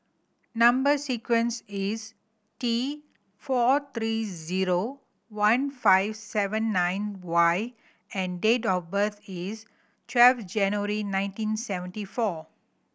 number sequence is T four three zero one five seven nine Y and date of birth is twelve January nineteen seventy four